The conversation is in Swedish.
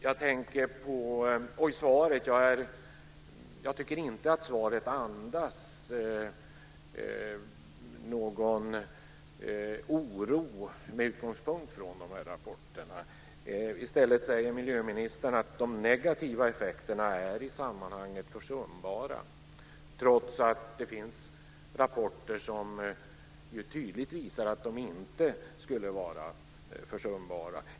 Jag tycker inte att svaret andas någon oro med utgångspunkt i de här rapporterna. I stället säger miljöministern: "De negativa effekterna är i sammanhanget försumbara." Men det finns ju rapporter som tydligt visar att de inte är försumbara.